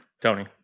Tony